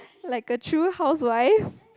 like a true housewife